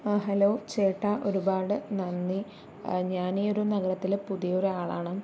ആ ഹലോ ചേട്ടാ ഒരുപാട് നന്ദി ഞാൻ ഈ ഒരു നഗരത്തിലെ പുതിയൊരു ആളാണ്